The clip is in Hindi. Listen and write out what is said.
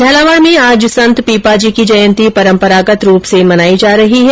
झालावाड में आज संत पीपाजी की जयंती परम्परागत रूप से मनाई जा रही है